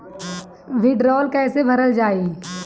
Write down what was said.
भीडरौल कैसे भरल जाइ?